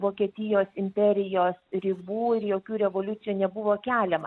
vokietijos imperijos ribų ir jokių revoliucijų nebuvo keliama